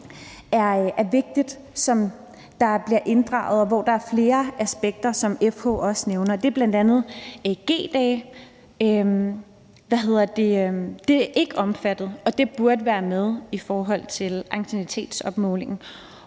er vigtige bliver inddraget, og der er flere aspekter, som FH også nævner. Det er bl.a. G-dage; det er ikke omfattet, og det burde være med i forhold til anciennitetsberegningen.